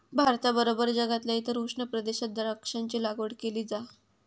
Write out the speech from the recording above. भारताबरोबर जगातल्या इतर उष्ण प्रदेशात द्राक्षांची लागवड केली जा